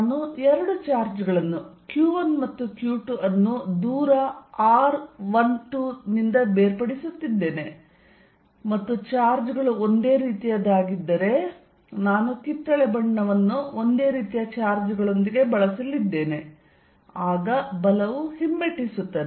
ನಾನು ಎರಡು ಚಾರ್ಜ್ಗಳನ್ನು q1 ಮತ್ತು q2 ಅನ್ನು ದೂರ r12 ನಿಂದ ಬೇರ್ಪಡಿಸುತ್ತಿದ್ದೇನೆ ಮತ್ತು ಚಾರ್ಜ್ಗಳು ಒಂದೇ ರೀತಿಯದಾಗಿದ್ದರೆ ನಾನು ಕಿತ್ತಳೆ ಬಣ್ಣವನ್ನು ಒಂದೇ ರೀತಿಯ ಚಾರ್ಜ್ಗಳೊಂದಿಗೆ ಬಳಸಲಿದ್ದೇನೆ ಆಗ ಬಲವು ಹಿಮ್ಮೆಟ್ಟಿಸುತ್ತದೆ